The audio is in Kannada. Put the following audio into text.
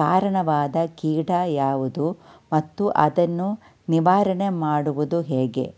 ಕಾರಣವಾದ ಕೀಟ ಯಾವುದು ಮತ್ತು ಅದನ್ನು ನಿವಾರಣೆ ಮಾಡುವುದು ಹೇಗೆ?